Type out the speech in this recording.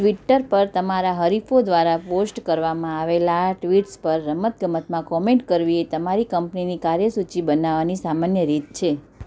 Twitter પર તમારા હરીફો દ્વારા પોસ્ટ કરવામાં આવેલાં ટ્વિટ્સ પર રમતગમતમાં કોમેન્ટ કરવી એ તમારી કંપનીની કાર્યસૂચી બનાવવાની સામાન્ય રીત છે